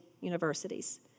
universities